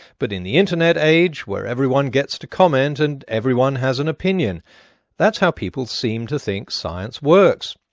but in the internet age, where everyone gets to comment and everyone has an opinion that's how people seem to think science works.